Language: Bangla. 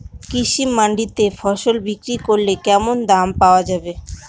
কৃষি মান্ডিতে ফসল বিক্রি করলে কেমন দাম পাওয়া যাবে?